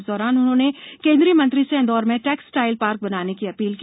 इस दौरान उन्होंने केंद्रीय मंत्री से इंदौर में टैक्सटाइल पार्क बनाने की अपील की